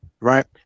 right